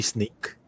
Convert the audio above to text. Snake